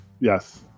Yes